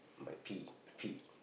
might pee pee